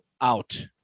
out